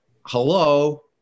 Hello